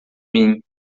mim